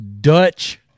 Dutch